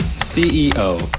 ceo,